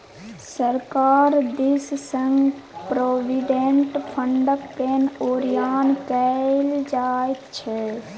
सरकार दिससँ प्रोविडेंट फंडकेँ ओरियान कएल जाइत छै